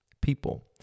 people